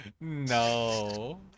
No